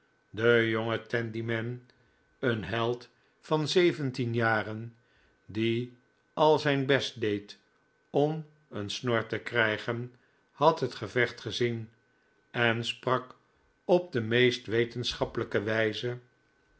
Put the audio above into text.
de jonge tandyman een held van zeventien j'aren die al zijn best deed om een snor te krijgen had het gevecht gezien en sprak op de meest wetenschappelijke wijze